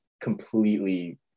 completely